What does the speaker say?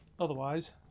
otherwise